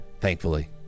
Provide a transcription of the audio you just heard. thankfully